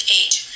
age